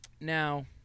Now